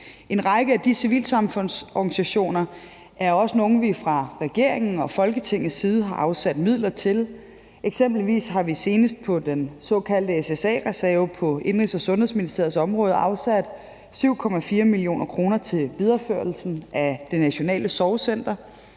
En række af de civilsamfundsorganisationer er også nogle, som vi fra regeringen og Folketingets side har afsat midler til. Eksempelvis har vi senest på den såkaldte SSA-reserve på Indenrigs- og Sundhedsministeriets område afsat 7,4 mio. kr. til videreførelsen af Det Nationale Sorgcenter.